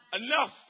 enough